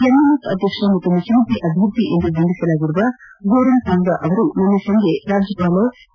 MNF ಅಧ್ಯಕ್ಷ ಹಾಗೂ ಮುಖ್ಯಮಂತ್ರಿ ಅಭ್ಯರ್ಥಿ ಎಂದು ಬಿಂಬಿತವಾಗಿರುವ ಜೋರಾಂ ತಂಗ ಅವರು ನಿನ್ನೆ ಸಂಜೆ ರಾಜ್ಯಪಾಲ ಕೆ